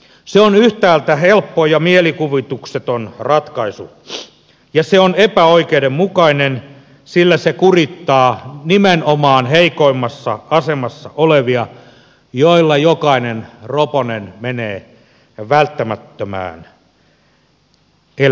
se on yhtäältä helppo ja mielikuvitukseton ratkaisu ja se on epäoikeudenmukainen sillä se kurittaa nimenomaan heikoimmassa asemassa olevia joilla jokainen roponen menee välttämättömään elämiseen